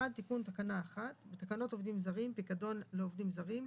תיקון תקנה 1 1.בתקנות עובדים זרים (פיקדון לעובדים זרים),